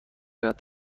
باید